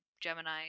Gemini